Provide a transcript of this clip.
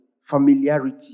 Familiarity